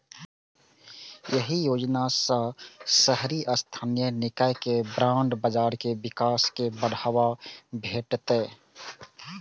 एहि योजना सं शहरी स्थानीय निकाय के बांड बाजार के विकास कें बढ़ावा भेटतै